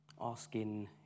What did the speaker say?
asking